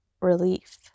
relief